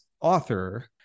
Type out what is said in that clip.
author